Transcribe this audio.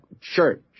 church